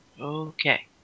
Okay